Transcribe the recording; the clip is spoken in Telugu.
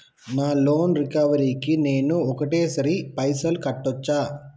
నా లోన్ రికవరీ కి నేను ఒకటేసరి పైసల్ కట్టొచ్చా?